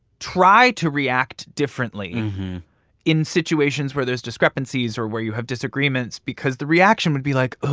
try to react differently in situations where there's discrepancies or where you have disagreements because the reaction would be like,